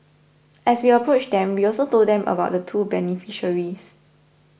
as we approached them we also told them about the two beneficiaries